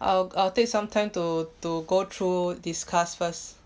I'll I'll take some time to to go through discuss first